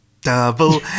Double